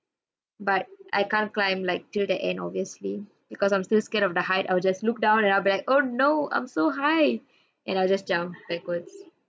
but I can't climb like till the end obviously because I'm still scared of the height I will just look down and I'll be like oh no I'm so high and I'll just jump backwards